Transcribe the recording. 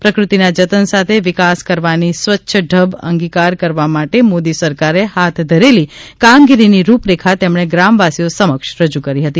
પ્રકૃતિના જતન સાથે વિકાસ કરવાની સ્વચ્છ ઢબ અંગિકાર કરવા માટે મોદી સરકારે હાથ ધરેલી કામગીરીની રૂપરેખા તેમણે ગ્રામવાસીઓ સમક્ષ રજૂ કરી હતી